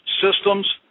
systems